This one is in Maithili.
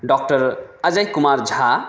डॉक्टर अजय कुमार झा